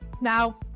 Now